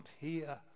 hear